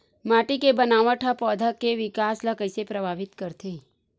माटी के बनावट हा पौधा के विकास ला कइसे प्रभावित करथे?